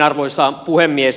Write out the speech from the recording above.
arvoisa puhemies